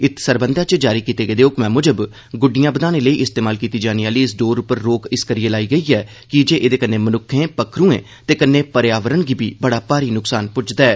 इस सरबंधै च जारी कीते गेदे ह्क्मै म्जब ग्ड्डियां बधाने लेई इस्तेमाल कीती जाने आहली इस डोर उप्पर रोक इसकरियै लाई गेई ऐ कीजे एहदे कन्नै मनुक्खें पक्खरूएं ते कन्नै पर्यावरण गी बी बड़ा भारी नुक्सान पुज्जदा ऐ